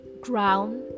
ground